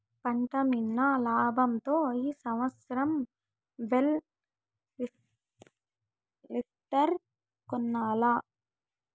పంటమ్మిన లాబంతో ఈ సంవత్సరం బేల్ లిఫ్టర్ కొనాల్ల